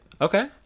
Okay